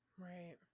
Right